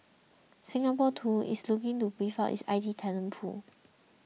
Singapore too is looking to beef up its I T talent pool